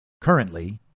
currently